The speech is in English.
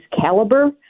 caliber